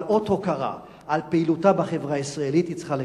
אבל אות הוקרה על פעילותה בחברה הישראלית היא צריכה לקבל.